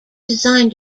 design